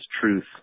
truth